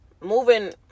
moving